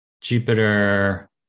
Jupiter